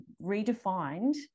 redefined